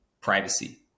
privacy